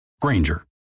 Granger